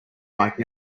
bike